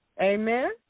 Amen